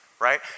Right